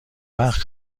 وقت